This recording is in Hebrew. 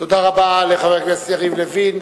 תודה רבה לחבר הכנסת יריב לוין.